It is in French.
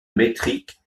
métrique